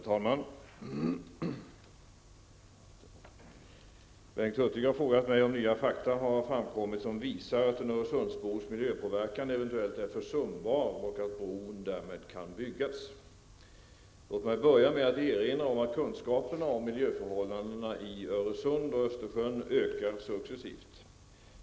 Herr talman! Bengt Hurtig har frågat mig om nya fakta har framkommit som visar att en Öresundsbros miljöpåverkan eventuellt är försumbar och att bron därmed kan byggas. Låt mig börja med att erinra om att kunskaperna om miljöförhållandena i Öresund och Östersjön ökar successivt.